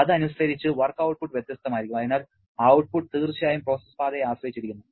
അതനുസരിച്ച് work output വ്യത്യസ്തമായിരിക്കും അതിനാൽ ഔട്ട്പുട്ട് തീർച്ചയായും പ്രോസസ്സ് പാതയെ ആശ്രയിച്ചിരിക്കുന്നു